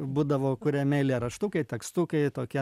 būdavo kuriami eilėraštukai tekstukai tokia